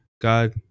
God